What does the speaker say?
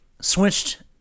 switched